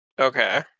okay